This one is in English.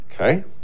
Okay